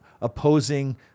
opposing